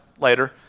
later